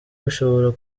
bishobora